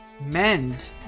mend